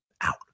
Out